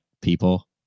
people